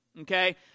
Okay